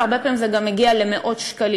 והרבה פעמים זה גם מגיע למאות שקלים.